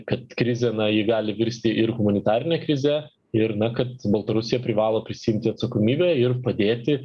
kad krizė na ji gali virsti ir humanitarine krize ir na kad baltarusija privalo prisiimti atsakomybę ir padėti